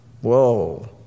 Whoa